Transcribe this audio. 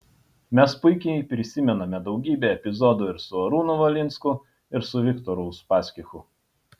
mes puikiai prisimename daugybę epizodų ir su arūnu valinsku ir su viktoru uspaskichu